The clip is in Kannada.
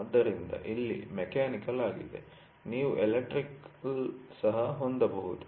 ಆದ್ದರಿಂದ ಇಲ್ಲಿ ಮೆಕ್ಯಾನಿಕಲ್ ಆಗಿದೆ ನೀವು ಎಲೆಕ್ಟ್ರಿಕಲ್ ಅನ್ನು ಸಹ ಹೊಂದಬಹುದು